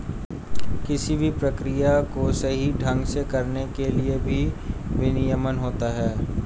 किसी भी प्रक्रिया को सही ढंग से करने के लिए भी विनियमन होता है